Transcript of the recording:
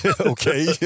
Okay